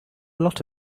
lot